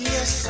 Yes